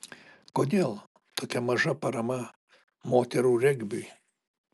kodėl tokia maža parama moterų regbiui